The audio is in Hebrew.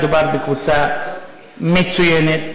מדובר בקבוצה מצוינת.